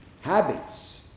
Habits